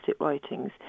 writings